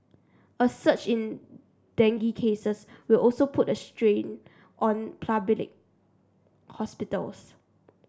a surge in dengue cases will also put a strain on public hospitals